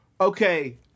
Okay